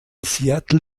seattle